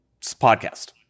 podcast